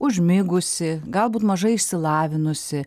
užmigusi galbūt mažai išsilavinusi